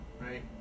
Right